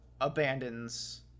abandons